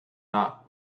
not